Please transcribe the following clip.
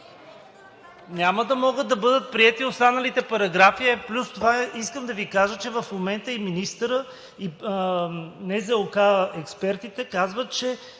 Няма да могат да бъдат приети останалите параграфи. Искам да Ви кажа, че в момента и министърът, и НЗОК експертите казват, че